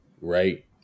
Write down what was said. right